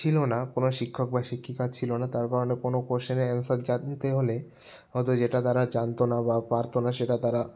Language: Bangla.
ছিলো না কোনো শিক্ষক বা শিক্ষিকা ছিলো না তার কারণে কোনো কোশচেনের অ্যানসার জানতে হলে হয়তো যেটা তারা জানতো না পারতো না সেটা তারা